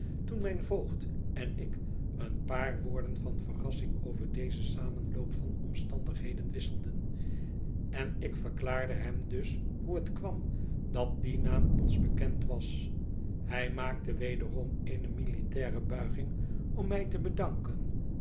toen mijn voogd en ik een paar woorden van verrassing over dezen samenloop van omstandigheden wisselden en ik verklaarde hem dus hoe het kwam dat die naam ons bekend was hij maakte wederom eene militaire buiging om mij te bedanken